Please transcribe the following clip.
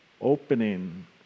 opening